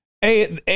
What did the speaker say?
hey